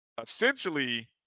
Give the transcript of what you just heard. essentially